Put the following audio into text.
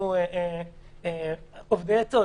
אנחנו אובדי עצות.